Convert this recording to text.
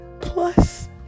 plus